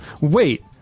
Wait